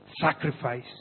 sacrifice